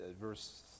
Verse